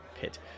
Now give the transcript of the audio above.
Pit